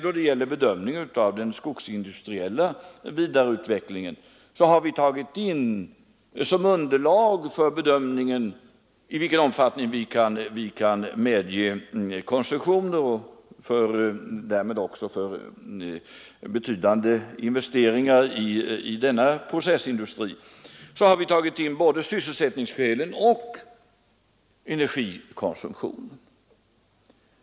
Då det gäller den skogsindustriella vidareutvecklingen har vi vid bedömningen av i vilken omfattning vi kan medge koncessioner och därmed också betydande investeringar i denna processindustri tagit hänsyn till både sysselsättningsskälen och energikonsumtionen.